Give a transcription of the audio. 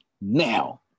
now